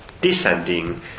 descending